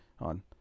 On